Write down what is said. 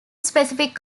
specific